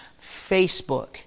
Facebook